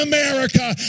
America